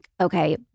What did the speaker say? okay